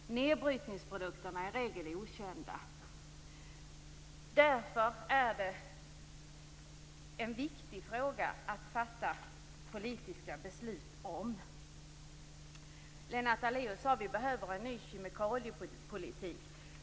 Nedbrytningsprodukterna är i regel okända. Detta är därför en viktig fråga att fatta politiska beslut om. Lennart Daléus sade att vi behöver en ny kemikaliepolitik.